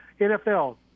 NFL